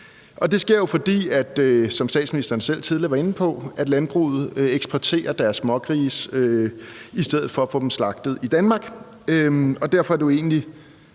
tidligere var inde på, eksporterer deres smågrise i stedet for at få dem slagtet i Danmark,